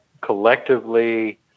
collectively